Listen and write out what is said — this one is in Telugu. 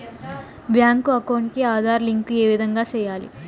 బ్యాంకు అకౌంట్ కి ఆధార్ లింకు ఏ విధంగా సెయ్యాలి?